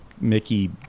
Mickey